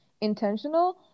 intentional